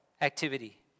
activity